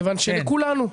כיוון שלכולנו,